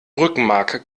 rückenmark